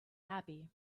happy